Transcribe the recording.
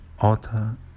author